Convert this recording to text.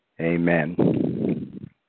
Amen